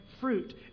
fruit